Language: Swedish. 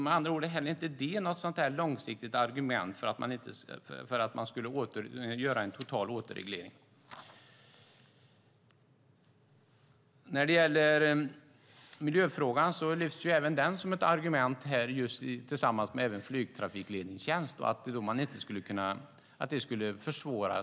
Med andra ord är inte heller detta något långsiktigt argument för att göra en total återreglering. Även miljöfrågan lyfts upp som ett argument tillsammans med flygtrafikledningstjänsten i påståendet att gröna inflygningar skulle försvåras.